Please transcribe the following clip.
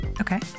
Okay